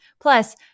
Plus